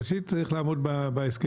ראשית, צריך לעמוד בהסכמים.